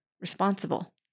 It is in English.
responsible